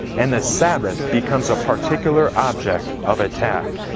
and the sabbath becomes a particular object of attack.